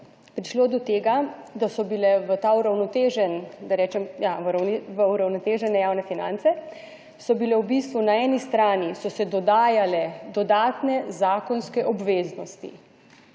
prišlo do tega, da so bile v ta uravnotežen, da rečem, ja, v uravnotežene javne finance so bile v bistvu na eni strani so se dodajale dodatne zakonske obveznosti